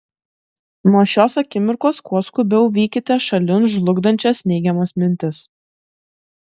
nuo šios akimirkos kuo skubiau vykite šalin žlugdančias neigiamas mintis